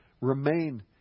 Remain